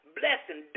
blessing